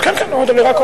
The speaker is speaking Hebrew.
אלסאנע, עוד שתי דקות.